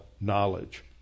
knowledge